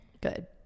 Good